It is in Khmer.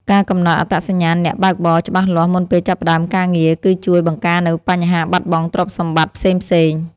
ការកំណត់អត្តសញ្ញាណអ្នកបើកបរច្បាស់លាស់មុនពេលចាប់ផ្ដើមការងារ គឺជួយបង្ការនូវបញ្ហាបាត់បង់ទ្រព្យសម្បត្តិផ្សេងៗ។